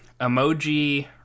emoji